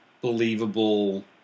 believable